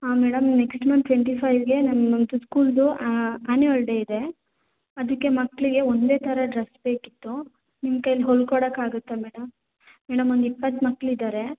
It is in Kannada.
ಮೇಡಮ್ ನೆಕ್ಸ್ಟ್ ಮಂತ್ ಟ್ವೆಂಟಿ ಫೈವ್ಗೆ ನಮ್ಮ ಸ್ಕೂಲ್ದು ಅನ್ಯುವಲ್ ಡೇ ಇದೆ ಅದಕ್ಕೆ ಮಕ್ಕಳಿಗೆ ಒಂದೇ ಥರ ಡ್ರಸ್ ಬೇಕಿತ್ತು ನಿಮ್ಮ ಕೈಲಿ ಹೊಲ್ಕೊಡಕ್ಕೆ ಆಗುತ್ತಾ ಮೇಡಮ್ ಮೇಡಮ್ ಒಂದು ಇಪ್ಪತ್ತು ಮಕ್ಳು ಇದ್ದಾರೆ